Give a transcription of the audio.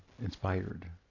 inspired